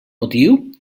motiu